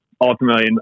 ultimately